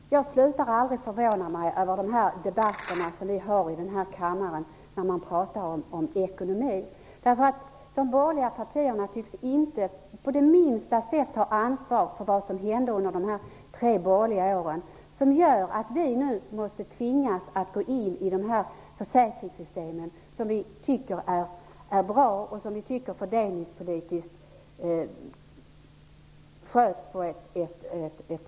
Fru talman! Jag slutar aldrig förvåna mig över de debatter om ekonomi vi har här i kammaren. De borgerliga partierna tycks inte på minsta sätt ha ansvar för vad som hände under de tre borgerliga åren, det som gör att vi nu tvingas gå in i de här försäkringssystemen som vi tycker är bra och som vi tycker sköts bra fördelningspolitiskt.